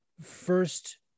first